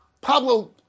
Pablo